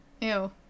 Ew